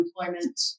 unemployment